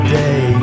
day